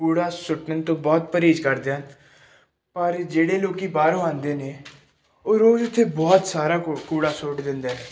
ਕੂੜਾ ਸੁੱਟਣ ਤੋਂ ਬਹੁਤ ਪਰਹੇਜ਼ ਕਰਦੇ ਹਨ ਪਰ ਜਿਹੜੇ ਲੋਕ ਬਾਹਰੋਂ ਆਉਂਦੇ ਨੇ ਉਹ ਰੋਜ਼ ਉੱਥੇ ਬਹੁਤ ਸਾਰਾ ਕੂ ਕੂੜਾ ਸੁੱਟ ਦਿੰਦੇ ਨੇ